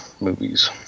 movies